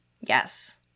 yes